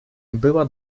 była